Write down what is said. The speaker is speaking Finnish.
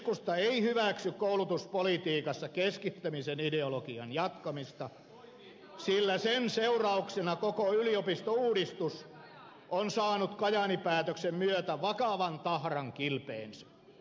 keskusta ei hyväksy koulutuspolitiikassa keskittämisen ideologian jatkamista sillä sen seurauksena koko yliopistouudistus on saanut kajaani päätöksen myötä vakavan tahran kilpeensä